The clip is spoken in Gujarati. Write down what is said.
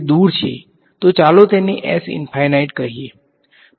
દૂર છે તો ચાલો તેને કહીયે